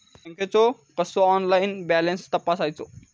बँकेचो कसो online balance तपासायचो?